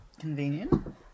Convenient